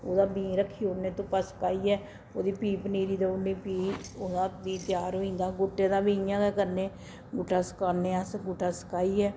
ओह्दा बीऽ रक्खी ओड़ने धुप्पै सकाइयै ओह्दी फ्ही पनीरी देई ओड़नी फ्ही ओह्दा बी त्यार होई जंदा गु'ट्टे दा बी इ'यां गै करने गु'ट्टा सकाने अस्स गु'ट्टा सकाइयै